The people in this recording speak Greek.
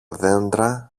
δέντρα